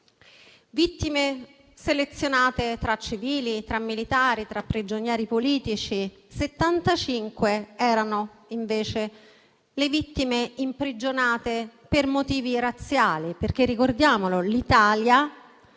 selezionate tra civili, militari, prigionieri politici; 75 erano, invece, le vittime imprigionate per motivi razziali, perché - ricordiamolo - nel